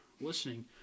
listening